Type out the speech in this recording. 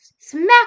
smack